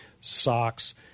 socks